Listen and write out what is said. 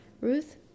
Ruth